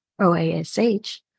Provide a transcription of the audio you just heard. OASH